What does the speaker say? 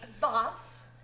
boss